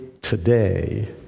today